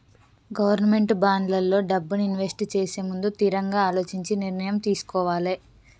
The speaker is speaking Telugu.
గవర్నమెంట్ బాండ్లల్లో డబ్బుని ఇన్వెస్ట్ చేసేముందు తిరంగా అలోచించి నిర్ణయం తీసుకోవాలే